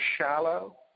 shallow